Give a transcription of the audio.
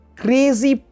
crazy